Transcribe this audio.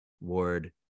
Ward